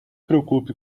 preocupe